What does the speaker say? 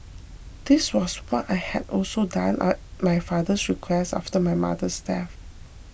this was what I had also done at my father's request after my mother's death